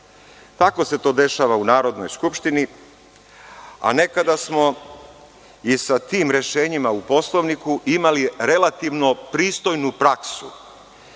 Tako se to dešava u Narodnoj skupštini, a nekada smo i sa tim rešenjima u Poslovniku imali relativno pristojnu praksu. Ja